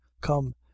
come